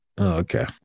Okay